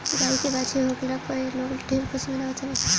गाई के बाछी होखला पे लोग ढेर खुशी मनावत हवे